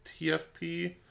TFP